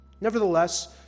Nevertheless